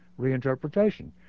reinterpretation